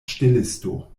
ŝtelisto